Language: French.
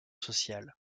sociales